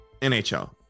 NHL